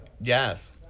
yes